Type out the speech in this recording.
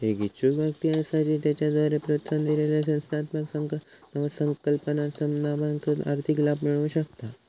एक इच्छुक व्यक्ती असा जी त्याच्याद्वारे प्रोत्साहन दिलेल्या संस्थात्मक नवकल्पनांमधना आर्थिक लाभ मिळवु शकता